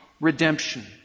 redemption